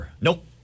Nope